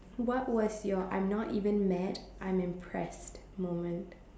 what was your I'm not even mad I'm impressed moment